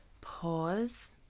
Pause